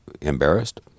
Embarrassed